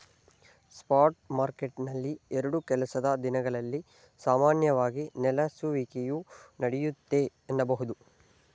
spot ಮಾರ್ಕೆಟ್ನಲ್ಲಿ ಎರಡು ಕೆಲಸದ ದಿನಗಳಲ್ಲಿ ಸಾಮಾನ್ಯವಾಗಿ ನೆಲೆಸುವಿಕೆಯು ನಡೆಯುತ್ತೆ ಎನ್ನಬಹುದು